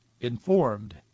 informed